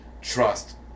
trust